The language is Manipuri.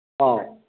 ꯑꯧ